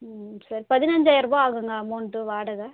சரி பதினஞ்சாயிரருபா ஆகுங்க அமௌன்ட்டும் வாடகை